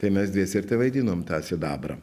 tai mes dviese ir tevaidinom tą sidabrą